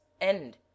end